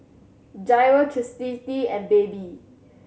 Jairo Chastity and Baby